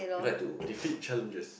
you like to defeat challenges